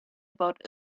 about